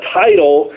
title